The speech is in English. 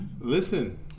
Listen